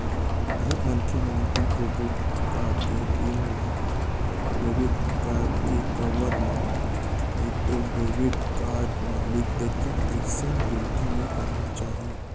बहुत मनसे मन अपन डेबिट कारड के पिन ल डेबिट कारड के कवर म नइतो डेबिट कारड म लिख देथे, अइसन बिल्कुल नइ करना चाही